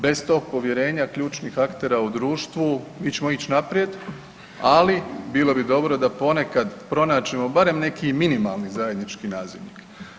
Bez tog povjerenja ključnih aktera u društvu mi ćemo ići naprijed, ali bilo bi dobro da ponekad pronađemo barem neki i minimalni zajednički nazivnik.